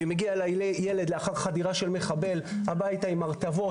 ואם מגיע אליי ילד לאחר חדירה של מחבל הביתה עם הרטבות